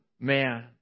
man